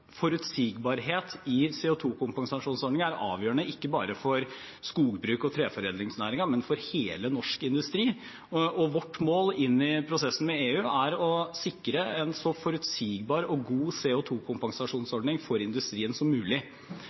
forutsigbarhet i CO 2 -kompensasjonsordningen er avgjørende – ikke bare for skogbruket og treforedlingsnæringen, men for all norsk industri. Vårt mål i prosessen med EU er å sikre en så forutsigbar og